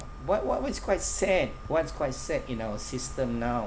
but what what is quite sad what's quite sad in our system now